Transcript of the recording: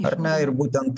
ar ne ir būtent